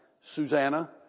Susanna